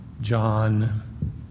John